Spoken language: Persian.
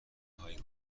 هایی